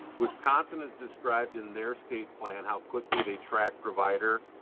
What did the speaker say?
wisconsin has described in their state plan how quickly they track provider